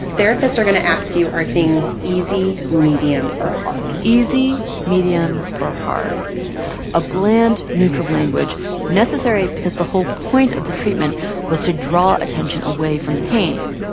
therapists are going to ask you, are things easy, medium or hard? easy, medium or hard a bland, neutral language necessary because the whole point of the treatment was to draw attention away from pain.